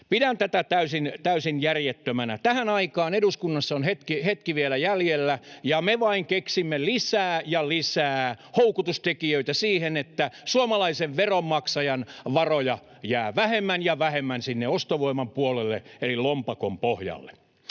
Pidän tätä täysin järjettömänä: tähän aikaan eduskunnassa on hetki vielä jäljellä, ja me vain keksimme lisää ja lisää houkutustekijöitä siihen, että suomalaisen veronmaksajan varoja jää vähemmän ja vähemmän sinne ostovoiman puolelle eli lompakon pohjalle.